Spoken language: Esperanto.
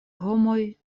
homoj